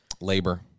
Labor